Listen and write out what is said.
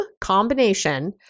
combination